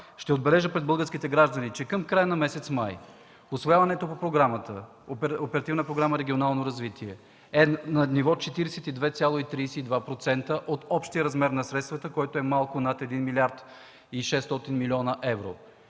Ще отбележа пред българските граждани, че към края на месец май усвояването по Оперативна програма „Регионално развитие” е на ниво 42,32% от общия размер на средствата, което е малко над 1млрд.